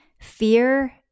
Fear